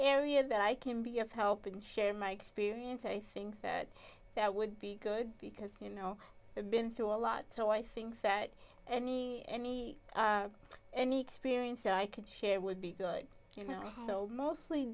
area that i can be of help and share my experience i think that that would be good because you know i've been through a lot so i think that any any any experience that i could share would be good you know mostly